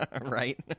Right